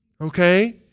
Okay